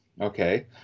okay